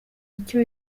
ibyo